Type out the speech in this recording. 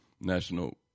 National